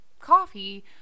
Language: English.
coffee